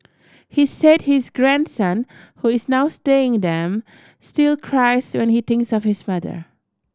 he said his grandson who is now staying them still cries when he thinks of his mother